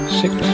six